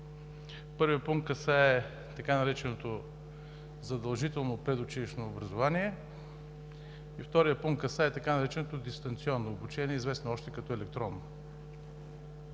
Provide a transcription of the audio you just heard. Първият пункт касае така нареченото задължително предучилищно образование. И вторият пункт касае така нареченото дистанционно обучение, известно още като електронно.